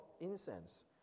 incense